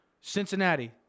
Cincinnati